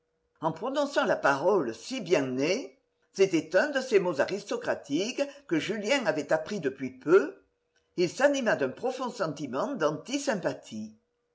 en prononçant la parole si bien nés c'était un de ces mots aristocratiques que julien avait appris depuis peu il s'anima d'un profond sentiment danti sympathie